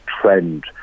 trend